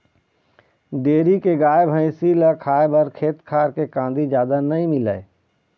dairy के गाय, भइसी ल खाए बर खेत खार के कांदी जादा नइ मिलय